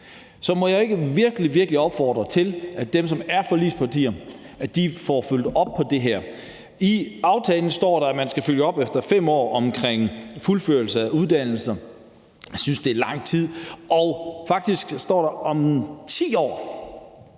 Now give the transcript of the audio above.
Så må jeg ikke virkelig, virkelig opfordre til, at dem, som er forligspartier, får fulgt op på det her. I aftalen står der, at man efter 5 år skal følge op på det med fuldførelse af uddannelser. Jeg synes, det er lang tid. Og faktisk står der, at man